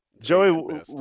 Joey